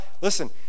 Listen